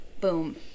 Boom